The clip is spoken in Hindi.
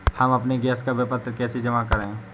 हम अपने गैस का विपत्र कैसे जमा करें?